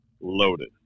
loaded